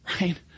Right